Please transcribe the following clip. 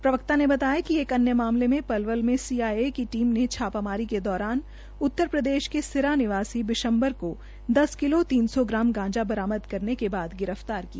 प्रवक्ता ने बताया कि एक अन्य मामले में पलवल में सीआईए की टीम ने छापामारी के दौरान उत्तरप्रदेश के सिरा निवासी बिश्म्बर को दस किलो तीन सौ ग्राम गांजा बरामद करने के बाद गिरफ्तार किया